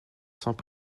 cents